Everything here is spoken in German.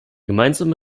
gemeinsame